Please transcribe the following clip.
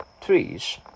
trees